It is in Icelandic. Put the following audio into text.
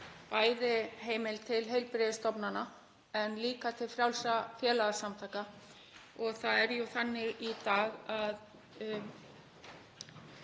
bæði heimild til heilbrigðisstofnana en líka til frjálsra félagasamtaka — það er jú þannig í dag að